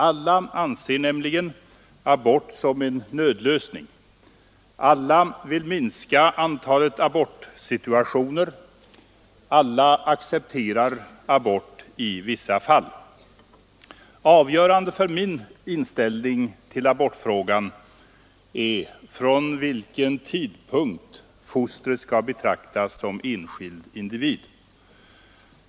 Alla anser nämligen abort som en nödlösning. Alla vill minska antalet abortsituationer. Alla accepterar abort i vissa fall. Avgörande för min inställning till abortfrågan är från vilken tidpunkt fostret skall betraktas som enskild individ.